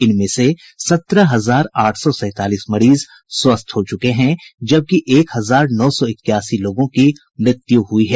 इनमें से सत्रह हजार आठ सौ सैंतालीस मरीज स्वस्थ हो चुके हैं जबकि एक हजार नौ सौ इक्यासी लोगों की मृत्यु हुई है